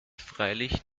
freilich